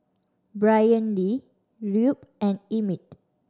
Brynlee Rube and Emmit